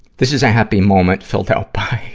this is a happy moment filled out by